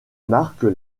marquent